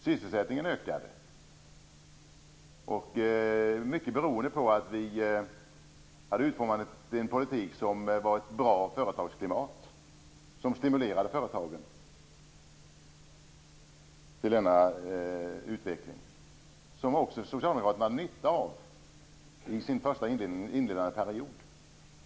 Sysselsättningen ökade; mycket beroende på att vi hade utformat en politik som innebar ett bra företagsklimat som stimulerade företagen till utveckling. Det hade Socialdemokraterna nytta av i inledningen av sin period.